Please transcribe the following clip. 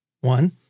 one